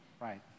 right